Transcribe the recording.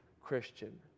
Christian